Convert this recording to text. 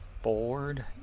Ford